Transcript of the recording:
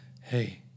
Hey